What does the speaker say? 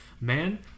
man